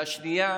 והשנייה,